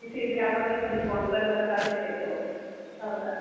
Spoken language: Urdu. اسی لیے آپ اگر تھوڑی فون پر بتا دیتے تو اچھا ہوتا